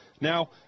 Now